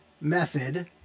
method